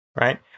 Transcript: right